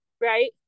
Right